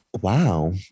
Wow